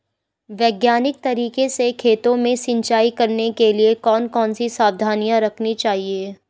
वैज्ञानिक तरीके से खेतों में सिंचाई करने के लिए कौन कौन सी सावधानी रखनी चाहिए?